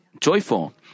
joyful